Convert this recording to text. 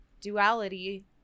duality